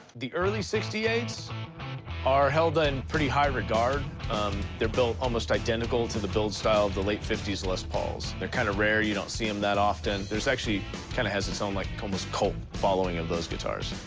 the early sixty eight s are held in pretty high regard they're built almost identical to the build style of the late fifty s les pauls. they're kind of rare. you don't see them that often. there's actually kind of has its own, like, almost cult following of those guitars.